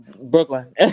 Brooklyn